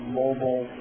mobile